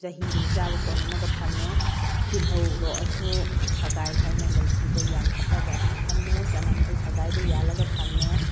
ꯆꯍꯤꯗꯨꯃ ꯆꯥꯕ ꯀꯣꯟꯅꯅꯕ ꯊꯝꯃꯦ ꯇꯤꯜꯍꯧ ꯂꯣꯛꯑꯁꯨ ꯁꯒꯥꯏ ꯍꯥꯏꯅ ꯂꯩꯕꯗꯨꯗ ꯌꯥꯟꯈꯠꯂꯒ ꯑꯗꯨꯝ ꯊꯝꯃꯦ ꯆꯅꯝꯁꯨ ꯁꯒꯥꯏꯗ ꯌꯥꯜꯂꯒ ꯊꯝꯃꯦ